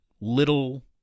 little